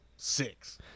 six